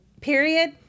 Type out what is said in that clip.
period